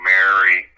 Mary